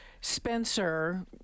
Spencer